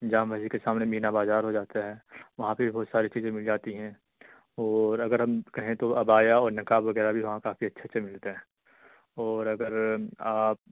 جامع مسجد کے سامنے مینا بازار ہو جاتا ہے وہاں پہ بھی بہت ساری چیزیں مل جاتی ہیں اور اگر ہم کہیں تو عبایا اور نقاب وغیرہ بھی وہاں کافی اچھے اچھے ملتے ہیں اور اگر آپ